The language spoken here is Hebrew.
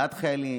בעד חיילים,